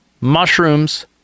mushrooms